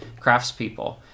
craftspeople